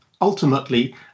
ultimately